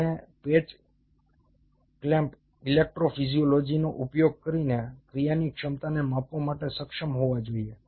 તમે patch clamp ઇલેક્ટ્રોફિઝિયોલોજીનો ઉપયોગ કરીને ક્રિયાની ક્ષમતાને માપવા માટે સક્ષમ હોવા જોઈએ